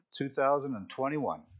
2021